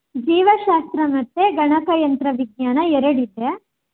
ಜೀವಶಾಸ್ತ್ರ ಮತ್ತು ಗಣಕಯಂತ್ರ ವಿಜ್ಞಾನ ಎರಡಿದೆ